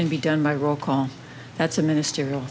can be done by roll call that's a ministerial